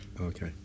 Okay